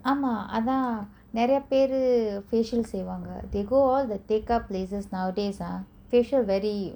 ஆமா அதா நெரயபேரு:aama athaa nerayaperu facial செய்வாங்க:seivanga they go all the tekah places nowadays ah facial very